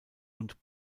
und